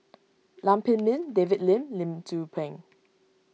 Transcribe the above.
Lam Pin Min David Lim Lim Tzu Pheng